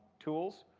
tools.